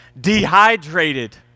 dehydrated